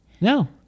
No